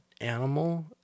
animal